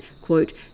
quote